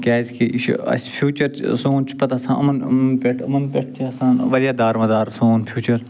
کیٛازکہِ یہِ چھِ اَسہِ فیوٗچر سون چھُ پتہٕ آسان یِمَن پٮ۪ٹھ یِمَن پٮ۪ٹھ تہِ آسان واریاہ دارومدار سون فیوٗچر